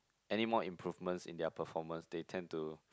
anymore improvements in their performance they tend to